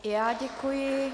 I já děkuji.